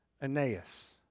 Aeneas